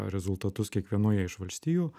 rezultatus kiekvienoje iš valstijų